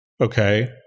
okay